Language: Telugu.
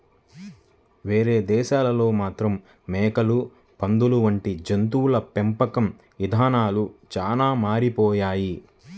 వేరే దేశాల్లో మాత్రం మేకలు, పందులు వంటి జంతువుల పెంపకం ఇదానాలు చానా మారిపోయాయి